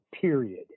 period